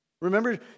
Remember